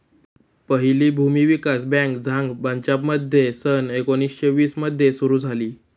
पहिली भूमी विकास बँक झांग पंजाबमध्ये सन एकोणीसशे वीस मध्ये सुरू झाली